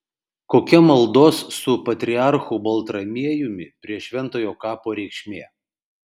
kokia maldos su patriarchu baltramiejumi prie šventojo kapo reikšmė